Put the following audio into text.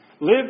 Live